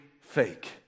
fake